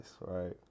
right